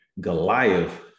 Goliath